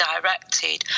directed